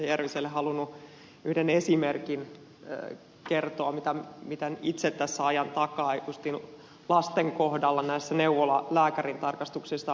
järviselle halunnut yhden esimerkin kertoa mitä itse tässä ajan takaa juuri lasten kohdalla näissä neuvolan lääkärintarkastuksissa